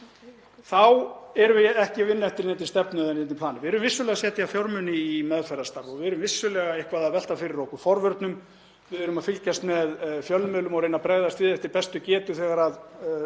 þá erum við ekki að vinna eftir neinni stefnu eða plani. Við erum vissulega að setja fjármuni í meðferðarstarf og við erum vissulega eitthvað að velta fyrir okkur forvörnum. Við fylgjumst með fjölmiðlum og reynum að bregðast við eftir bestu getu þegar